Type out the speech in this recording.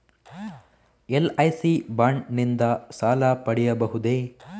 LIC bond ನಿಂದ ಸಾಲ ಪಡೆಯಬಹುದೇ?